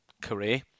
career